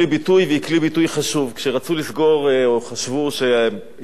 כשרצו לסגור, או חשבו שעיתון "מעריב" הולך להיסגר,